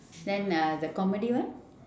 then uh the comedy one